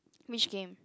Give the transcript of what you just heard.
which game